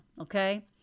Okay